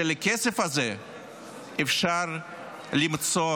שלכסף הזה אפשר למצוא